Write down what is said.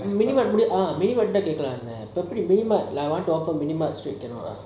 கேக்கலாம் னு இருந்தான்:keakalam nu irunthan